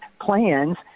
plans